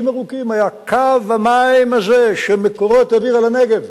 ארוכים היה קו המים הזה ש"מקורות" העבירה לנגב.